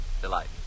delight